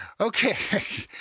Okay